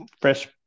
fresh